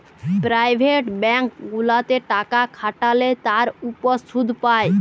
private bank গুলাতে টাকা খাটাল্যে তার উপর শুধ পাই